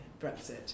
Brexit